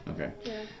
Okay